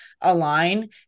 align